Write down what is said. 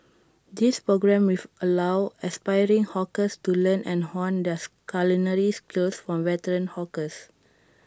this programme with allow aspiring hawkers to learn and hone their culinary skills from veteran hawkers